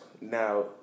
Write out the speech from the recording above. now